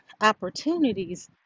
opportunities